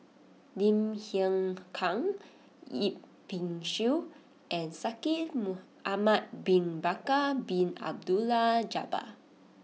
Lim Hng Kiang Yip Pin Xiu and Shaikh Ahmad Bin Bakar Bin Abdullah Jabbar